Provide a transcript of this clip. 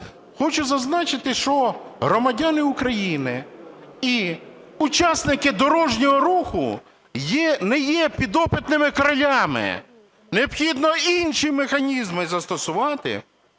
Хочу зазначити, що громадяни України і учасники дорожнього руху не є "підопитними кролями", необхідно інші механізми застосувати,